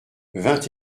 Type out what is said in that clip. vingt